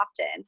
often